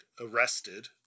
arrested